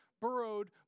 burrowed